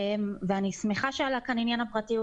אני שמחה שעלה כאן עניין הפרטיות,